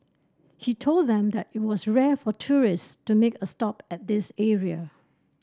he told them that it was rare for tourist to make a stop at this area